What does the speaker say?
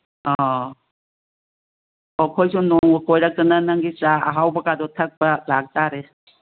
ꯑꯣ ꯑꯣ ꯑꯩꯈꯣꯏꯁꯨ ꯅꯣꯡꯃ ꯀꯣꯏꯔꯛꯇꯅ ꯅꯪꯒꯤ ꯆꯥ ꯑꯍꯥꯎꯕꯀꯥꯗꯨ ꯊꯛꯄ ꯂꯥꯛꯇꯥꯔꯦ